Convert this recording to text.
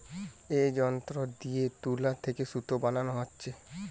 এ যন্ত্র দিয়ে তুলা থিকে সুতা বানানা হচ্ছে